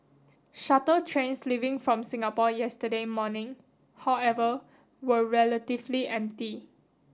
shuttle trains leaving from Singapore yesterday morning however were relatively empty